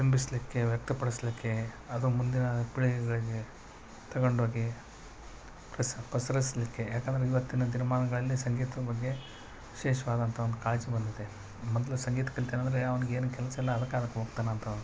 ಬಿಂಬಿಸಲಿಕ್ಕೆ ವ್ಯಕ್ತಪಡಿಸಲಿಕ್ಕೆ ಅದು ಮುಂದಿನ ಪೀಳಿಗೆಗಳಿಗೆ ತಗೊಂಡು ಹೋಗಿ ಪಸ ಪಸರಿಸ್ಲಿಕ್ಕೆ ಯಾಕಂದರೆ ಇವತ್ತಿನ ದಿನಮಾನ್ಗಳಲ್ಲಿ ಸಂಗೀತದ ಬಗ್ಗೆ ವಿಶೇಷವಾದಂಥ ಒಂದು ಕಾಳಜಿ ಬಂದಿದೆ ಮೊದಲು ಸಂಗೀತ ಕಲಿತೇನೆ ಅಂದರೆ ಅವ್ನಿಗೆ ಏನೂ ಕೆಲಸ ಇಲ್ಲ ಅದಕ್ಕೆ ಅದಕ್ಕೆ ಹೋಗ್ತಾನಂತ